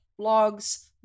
blogs